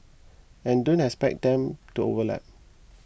and don't expect them to overlap